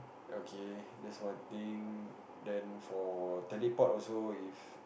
okay that's one thing then for teleport also if